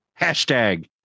hashtag